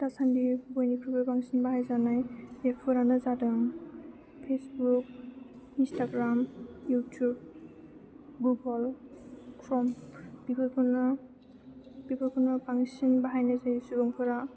दासान्दि बयनिख्रुइबो बांसिन बाहायजानाय एपफोरानो जादों फेसबुक इनस्टाग्राम युटुब गुगोल क्र'म बेफोरखौनो बांसिन बाहायनाय जायो सुबुंफोरा